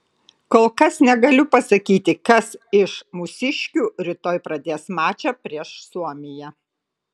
kol kas negaliu pasakyti kas iš mūsiškių rytoj pradės mačą prieš suomiją